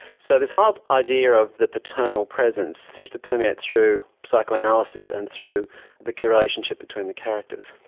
so this whole idea of the paternal presence seems to permeate through psychoanalysis and through the the relationship between the characters.